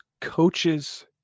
coaches